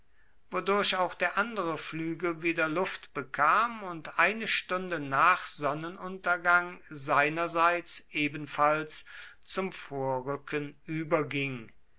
wodurch auch der andere flügel wider luft bekam und eine stunde nach sonnenuntergang seinerseits ebenfalls zum vorrücken überging